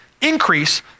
Increase